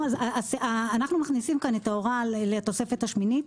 אנחנו מכניסים כאן את ההוראה לתוספת השמינית,